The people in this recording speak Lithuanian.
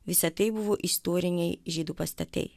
visa tai buvo istoriniai žydų pastatai